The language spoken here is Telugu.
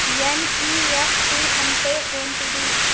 ఎన్.ఇ.ఎఫ్.టి అంటే ఏంటిది?